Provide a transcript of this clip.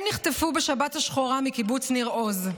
הם נחטפו בשבת השחורה מקיבוץ ניר עוז,